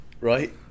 right